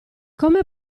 come